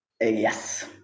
Yes